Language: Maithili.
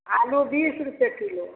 आलू बीस रुपे किलो